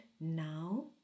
now